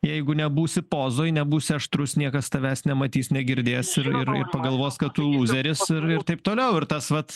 jeigu nebūsi pozoj nebusi aštrus niekas tavęs nematys negirdės ir ir pagalvos kad tu lūzeris ir taip toliau ir tas vat